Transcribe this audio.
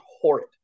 horrid